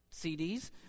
CDs